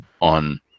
on